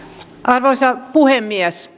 arvoisa puhemies